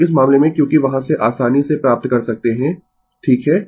तो इस मामले में क्योंकि वहाँ से आसानी से प्राप्त कर सकते है ठीक है